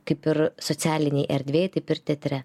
kaip ir socialinėj erdvėj taip ir teatre